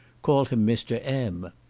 called him mr. m.